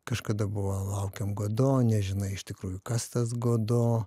kažkada buvo laukiam godo nežinai iš tikrųjų kas tas godo